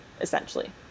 essentially